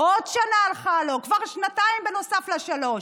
עוד שנה הלכה לו, כבר שנתיים נוסף לשלוש.